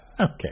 Okay